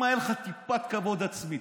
אם הייתה לך טיפת כבוד עצמי,